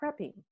prepping